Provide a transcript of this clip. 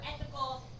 ethical